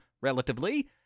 relatively